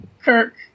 Kirk